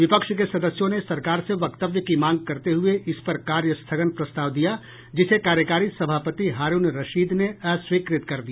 विपक्ष के सदस्यों ने सरकार से वक्तव्य की मांग करते हुए इस पर कार्य स्थगन प्रस्ताव दिया जिसे कार्यकारी सभापति हारुण रशीद ने अस्वीकृत कर दिया